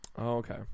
okay